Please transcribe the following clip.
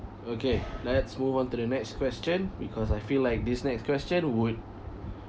okay let's move on to the next question because I feel like this next question would